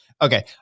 Okay